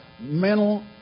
mental